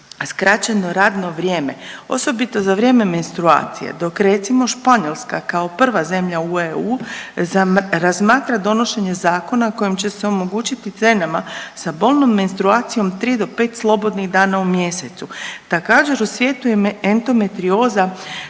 skraćeno radno vrijeme osobito za vrijeme menstruacije, dok recimo Španjolska kao prva zemlja u EU razmatra donošenje zakona kojim će se omogućiti ženama sa bolnom menstruacijom 3 do 5 slobodnih dana u mjesecu. Također u svijetu je endometrioza